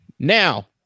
Now